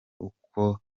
uko